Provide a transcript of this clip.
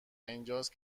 اینجاست